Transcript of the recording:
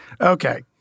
Okay